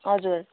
हजुर